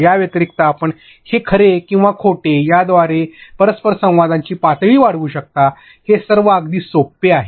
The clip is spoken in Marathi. या व्यतिरिक्त आपण हे खरे किंवा खोटे या द्वारे परस्परसंवादाची पातळी वाढवू शकता हे सर्व अगदी सोपे आहेत